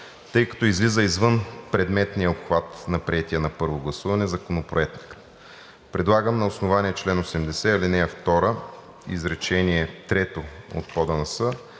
тъй като излиза извън предметния обхват на приетия на първо гласуване законопроект. Предлагам на основание чл. 80, ал. 2, изречение трето от